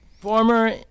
Former